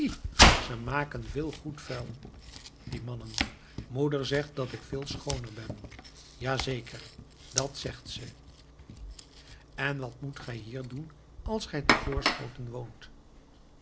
ze maken veel goed vuil die mannen moeder zegt dat ik veel schooner ben ja zeker dat zegt ze en wat moet gij hier doen als gij te voorschoten woont